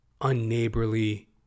unneighborly